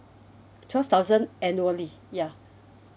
twelve thousand annually ya